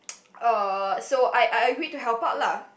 uh so I I agreed to help out lah